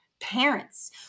parents